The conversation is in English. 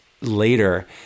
later